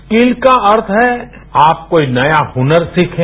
रिकल का अर्थ है आप कोई नया हुनर सीखें